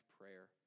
prayer